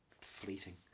fleeting